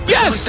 Yes